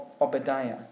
Obadiah